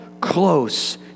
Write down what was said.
close